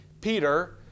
Peter